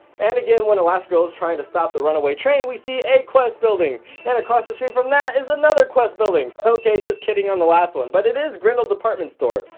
and again when elastigirl is trying to stop the runaway train we see a quest building and across the street from that is another quest building, okay just kidding on the last one but it is grindle department store,